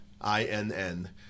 I-N-N